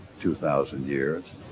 two thousand years,